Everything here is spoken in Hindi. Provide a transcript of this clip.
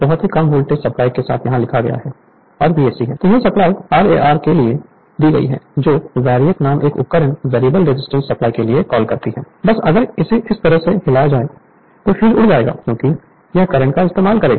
बस अगर इसे इस तरह से हिलाया जाए तो फ्यूज उड़ जाएगा क्योंकि यह करंट का इस्तेमाल करेगा